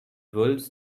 wolves